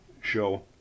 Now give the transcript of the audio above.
show